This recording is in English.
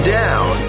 down